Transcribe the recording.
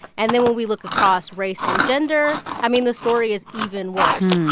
and then when we look across race and gender, i mean, the story is even worse.